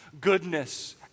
goodness